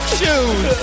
shoes